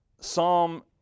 Psalm